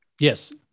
yes